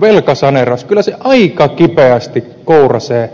velkasaneeraus kyllä se aika kipeästi kouraisee